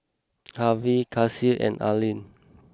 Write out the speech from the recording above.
Harvie Kacie and Arlyn